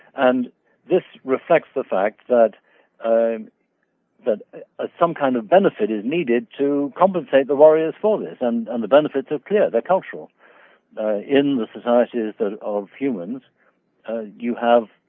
and this reflects the fact that um ah some kind of benefit is needed to compensate the warrior's follies and um the benefits are clear. the culture in the societies that of humans you have